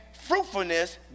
fruitfulness